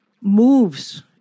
moves